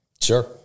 Sure